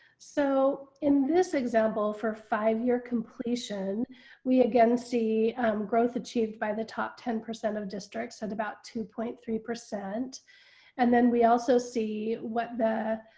so in this example for five year completion we again see growth achieved by the top ten percent of districts at about two point three percent and then we also see what the